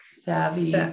savvy